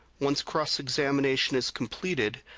once cross-examination is completed,